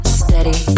steady